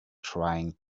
trying